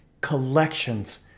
collections